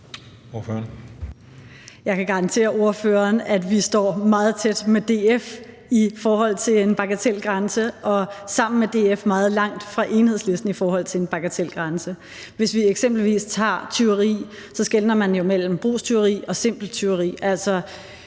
Jeg kan garantere ordføreren, at vi står meget tæt ved DF i forhold til en bagatelgrænse og sammen med DF meget langt fra Enhedslisten i forhold til en bagatelgrænse. Hvis vi eksempelvis tager tyveri, skelner man jo mellem brugstyveri og simpelt tyveri.